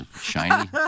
shiny